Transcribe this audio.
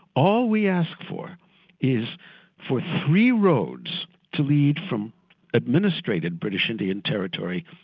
all we ask for is for three roads to lead from administrated british-indian territory,